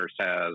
says